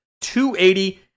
280